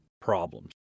problems